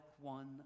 one